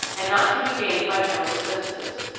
and not to be gained by chemical synthesis.